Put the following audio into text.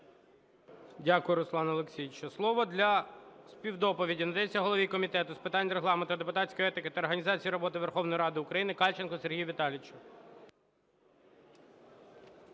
Дякую, Руслане Олексійовичу. Слово для співдоповіді надається голові Комітету з питань Регламенту, депутатської етики та організації роботи Верховної Ради України Кальченку Сергію Віталійовичу.